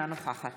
אינה נוכחת